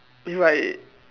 if I